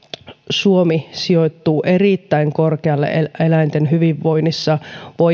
suomi sijoittuu erittäin korkealle eläinten hyvinvoinnissa